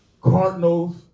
cardinals